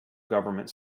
government